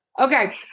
Okay